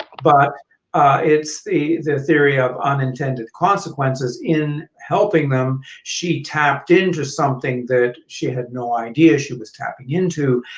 but it's the the theory of unintended consequences in helping them, she happened in to something that she had no idea she was tapping in to,